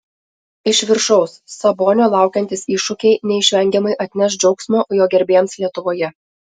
iš viršaus sabonio laukiantys iššūkiai neišvengiamai atneš džiaugsmo jo gerbėjams lietuvoje